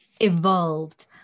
evolved